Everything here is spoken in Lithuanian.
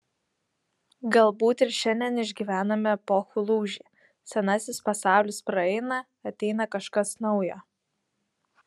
galbūt ir šiandien išgyvename epochų lūžį senasis pasaulis praeina ateina kažkas naujo